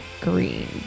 Green